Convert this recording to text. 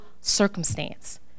circumstance